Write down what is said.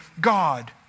God